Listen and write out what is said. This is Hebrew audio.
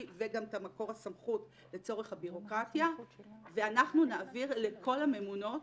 וגם את מקור הסמכות לצורך הבירוקרטיה ואנחנו נעביר לכל הממונות